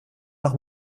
nach